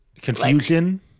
Confusion